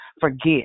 forget